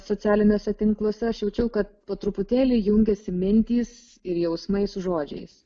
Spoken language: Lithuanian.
socialiniuose tinkluose aš jaučiau kad po truputėlį jungiasi mintys ir jausmai su žodžiais